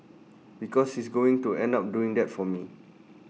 because he's going to end up doing that for me